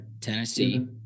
Tennessee